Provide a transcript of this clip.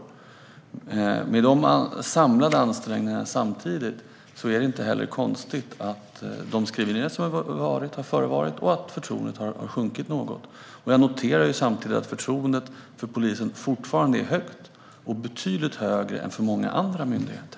Mot bakgrund av dessa samlade ansträngningar är det inte konstigt med de skriverier som har varit och att förtroendet har sjunkit något. Men jag noterar samtidigt att förtroendet för polisen fortfarande är högt och att det är betydligt högre än för många andra myndigheter.